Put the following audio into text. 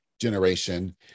generation